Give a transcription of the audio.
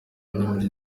muri